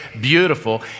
beautiful